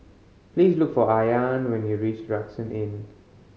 please look for Ayaan when you reach Rucksack Inn